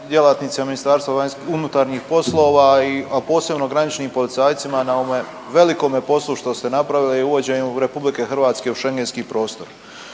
djelatnicima Ministarstva vanjskih, unutarnjih poslova a posebno graničnim policajcima na ovome velikome poslu što ste napravili uvođenju Republike Hrvatske u Schengenski prostor.